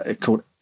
called